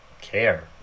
care